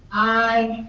aye.